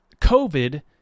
COVID